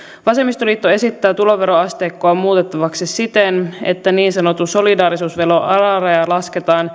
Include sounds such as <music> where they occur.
vasemmistoliitto esittää tuloveroasteikkoa muutettavaksi siten että niin sanotun solidaarisuusveron alaraja lasketaan <unintelligible>